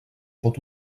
pot